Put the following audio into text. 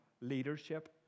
leadership